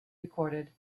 recorded